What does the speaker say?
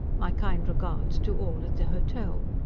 my kind regards to all at the hotel.